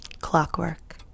Clockwork